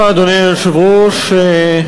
אדוני היושב-ראש,